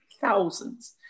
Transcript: thousands